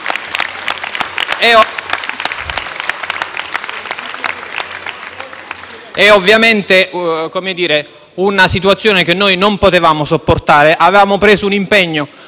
Ovviamente, è una situazione che noi non potevamo sopportare. Avevamo preso un impegno